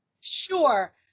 Sure